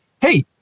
hey